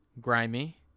Grimy